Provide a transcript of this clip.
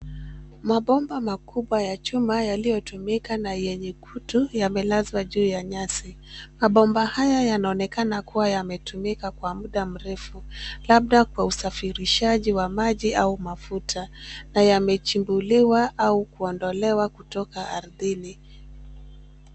Mabomba makubwa ya chuma yaliyotumika na yenye kutu yamelazwa juu ya nyasi. Mabomba haya yanaonekana kua yametumika kwa mda mrefu, labda kwa usafirishaji wa maji au mafuta na yamechimbuliwa au kuondolewa kutoka ardhini.